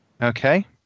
Okay